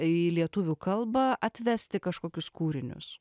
į lietuvių kalba atvesti kažkokius kūrinius